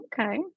okay